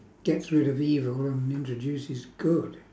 gets rid of evil and introduces good